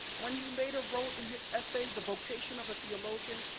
when he later wrote in his essay, the vocation of a theologian,